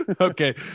Okay